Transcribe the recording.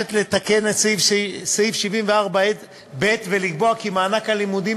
מבקשת לתקן את סעיף 74(ב) ולקבוע כי מענק הלימודים